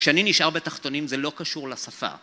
כשאני נשאר בתחתונים זה לא קשור לשפה